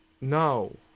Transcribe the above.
No